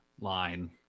line